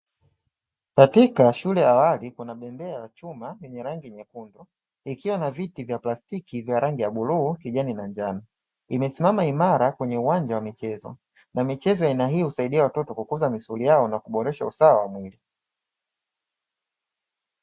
Katika shule ya awali kuna bembea la chuma yenye rangi nyekundu ikiwa na viti vya plastiki vya rangi ya bluu, kijani, na njano. Imesimama imara kwenye uwanja wa michezo, na michezo ya aina hii husaidia watoto kukuza misuli yao na kuboresha usawa wa mwili.